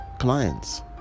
clients